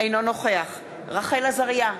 אינו נוכח רחל עזריה,